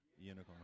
unicorn